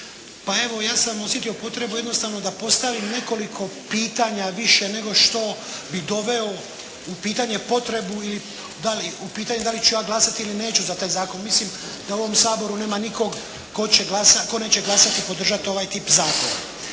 Pa evo ja sam osjetio potrebu jednostavno da postavim nekoliko pitanja više, nego što bi doveo u pitanje potrebu ili u pitanje da li ću ja glasati ili neću za taj zakon. Mislim da u ovom Saboru nema nikog tko neće glasati i podržati ovaj tip zakona.